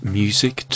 music